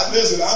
Listen